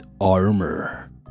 armor